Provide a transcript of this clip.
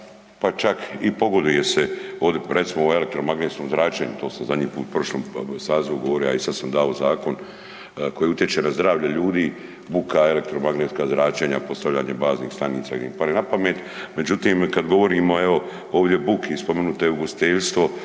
pa čak i pogoduje se od, recimo u elektromagnetskom zračenju, to sam zadnji put u prošlom sazivu govorio, a i sad sam dao zakon koji utječe na zdravlje ljudi, buka, elektromagnetska zračenja, postavljanje baznih stanica gdje im padne na pamet. Međutim, kad govorimo evo ovdje o buki i spomenuto je ugostiteljstvo,